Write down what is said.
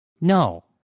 No